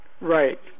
Right